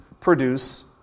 produce